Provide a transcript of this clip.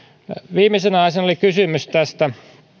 viimeisenä asiana oli kysymys tästä